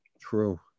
True